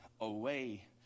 away